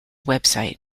website